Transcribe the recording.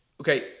Okay